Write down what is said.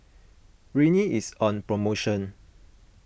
Rene is on promotion